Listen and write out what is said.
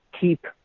keep